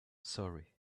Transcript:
sorry